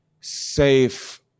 safe